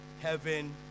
heaven